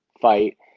fight